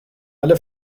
alle